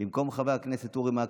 במקום חבר הכנסת אורי מקלב,